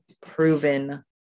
proven